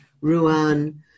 Ruan